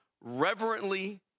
reverently